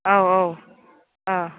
औ औ ओ